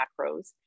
macros